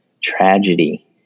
tragedy